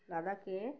লাদাখে